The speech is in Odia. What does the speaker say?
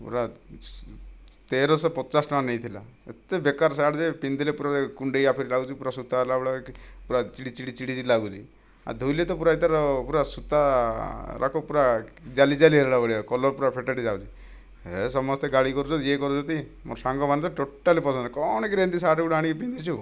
ପୁରା ତେରଶହ ପଚାଶ ଟଙ୍କା ନେଇଥିଲା ଏତେ ବେକାର ସାର୍ଟ ଯେ ପିନ୍ଧିଲେ ପୁରା କୁଣ୍ଡେଇଲା ପରି ଲାଗୁଛି ପୁରା ସୁତା ହେଲା ଭଳିଆ ପୁରା ଚିଡ଼ି ଚିଡ଼ି ଚିଡ଼ି ଲାଗୁଛି ଆଉ ଧୋଇଲେ ତ ପୁରା ତାର ପୁରା ସୁତାଯାକ ପୁରା ଜାଲି ଜାଲି ହେଲା ଭଳିଆ କଲର୍ ପୁରା ଫେଡେଡ଼ ହେଇଯାଉଛି ଏ ସମସ୍ତେ ଗାଳି କରୁଛ ଯିଏ କରୁଛନ୍ତି ମୋର ସାଙ୍ଗମାନେ ତ ଟୋଟାଲି ପସନ୍ଦ କରୁନାହାନ୍ତି କ'ଣ କିରେ ଏମିତି ସାର୍ଟ ଗୋଟିଏ ଆଣିକି ପିନ୍ଧିଛୁ